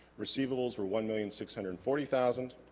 receivables were one million six hundred forty thousand